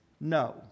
no